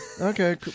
Okay